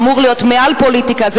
אמור להיות מעל לפוליטיקה,